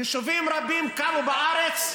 יישובים רבים קמו בארץ,